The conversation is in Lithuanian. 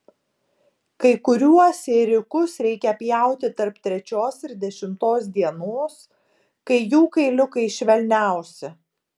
kai kuriuos ėriukus reikia pjauti tarp trečios ir dešimtos dienos kai jų kailiukai švelniausi